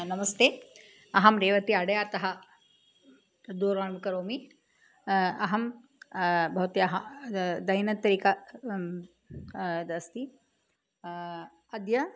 नमस्ते अहं रेवतिः अडयार्तः दूरवाणीं करोमि अहं भवत्याः दैनत्रैक अद् अस्ति अद्य